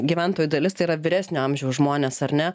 gyventojų dalis tai yra vyresnio amžiaus žmonės ar ne